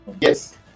yes